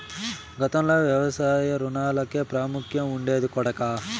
గతంలో వ్యవసాయ రుణాలకే ప్రాముఖ్యం ఉండేది కొడకా